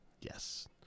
Yes